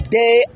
day